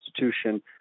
institution